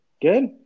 Good